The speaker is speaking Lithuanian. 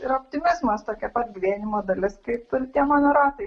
ir optimizmas tokia pat gyvenimo dalis kaip ir tie mano ratai